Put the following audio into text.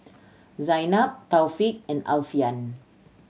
Zaynab Taufik and Alfian